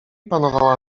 panowała